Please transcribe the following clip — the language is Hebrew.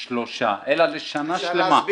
לחודשיים-שלושה אלא להאריך את זה לשנה שלמה.